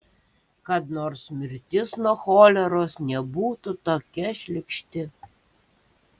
kad nors mirtis nuo choleros nebūtų tokia šlykšti